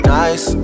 nice